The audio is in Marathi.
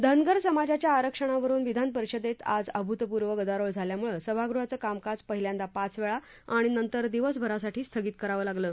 धनगर समाजाच्या आरक्षणावरून विधानपरिषदेत आज अभूतपूर्व गदारोळ झाल्यामुळं सभागृहाचं कामकाज पहिल्यांदा पाच वेळा आणि नंतर दिवसभरासाठी स्थगित करावं लागलं